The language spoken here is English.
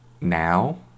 Now